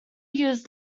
used